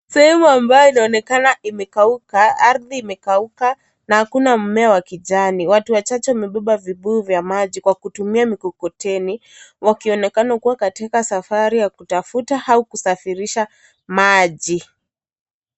Sehemu ambayo inaonekana imekauka ardhi imekauka na hakuna mmea wa kijani, watu wachache wamebeba vibuyu vya maji kwa kutumia mikokoteni wakionekana kuwa katika safari ya kutafuta au kusafirisha maji.